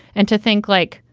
and to think like,